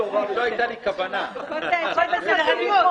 רביב,